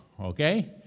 okay